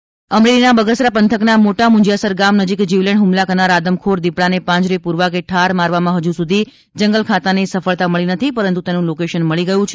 આદમખોર દીપડો અમરેલી ના બગસરા પંથક ના મોટા મૂંજીયાસર ગામ નજીક જીવલેણ હ્મલા કરનાર આદમખોર દીપડા ને પાંજરે પૂરવા કે ઠાર મારવામાં હજુ સુધી જંગલ ખાતા ને સફળતા મળી નથી પરંતુ તેનું લોકેશન મળી ગયું છે